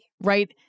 right